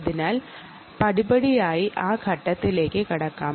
അതിനാൽ പടിപടിയായി ആ ഘട്ടത്തിലേക്ക് കടക്കാം